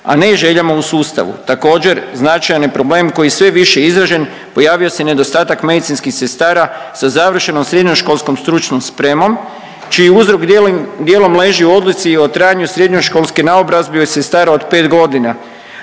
a ne željama u sustavu. Također značajan problem koji je sve više izražen pojavio se nedostatak medicinskih sestara sa završenom srednjoškolskom stručnom spremom čiji uzrok dijelom leži u odluci o trajanju srednjoškolske naobrazbe sestara od 5.g., a